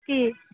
কি